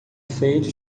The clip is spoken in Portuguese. feito